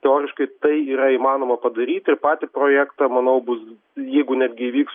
teoriškai tai yra įmanoma padaryti ir patį projektą manau bus jeigu netgi įvyks